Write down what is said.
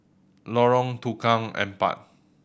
Lorong Tukang Empat